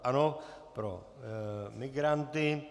Ano, pro migranty.